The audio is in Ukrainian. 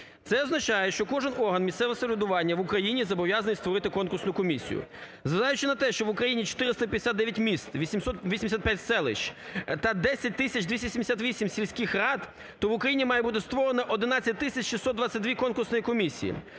Це означає, що кожен орган місцевого самоврядування в Україні зобов'язаний створити конкурсну комісію. Зважаючи на те, що в Україні 459 міст, 885 селищ та 10 тисяч 278 сільських рад, то в Україні має бути створено 11 тисяч 623 конкурсних комісій.